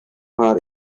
party